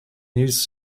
news